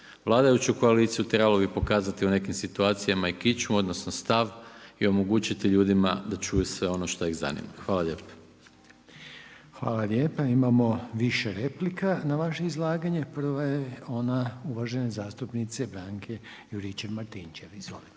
vladajuću koaliciju, trebalo bi pokazati u nekim situaciju i kičmu, odnosno stav i omogućiti ljudima da čuju sve ono što ih zanima. Hvala lijepo. **Reiner, Željko (HDZ)** Hvala lijepa. Imamo više replika na vaše izlaganje, prva je ona uvažene zastupnice Branke Juričev-Martinčev. Izvolite.